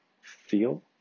feel